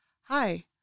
Hi